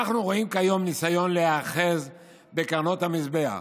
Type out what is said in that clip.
אנחנו רואים כיום ניסיון להיאחז בקרנות המזבח,